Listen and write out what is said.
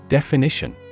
Definition